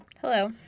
Hello